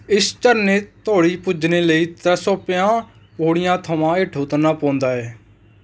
इस झरने धोड़ी पुज्जने लेई त्रै सौ प'ञां पौड़ियां थमां हेठ उतरना पौंदा ऐ